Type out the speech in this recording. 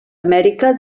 amèrica